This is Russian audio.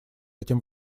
этим